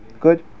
Good